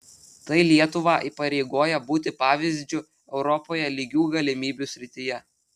tai lietuvą įpareigoja būti pavyzdžiu europoje lygių galimybių srityje